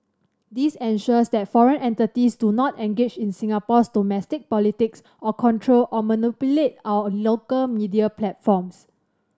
this ensures that foreign entities do not engage in Singapore's domestic politics or control or manipulate our local media platforms